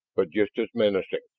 but just as menacing.